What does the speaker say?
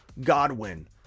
Godwin